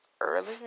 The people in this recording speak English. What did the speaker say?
early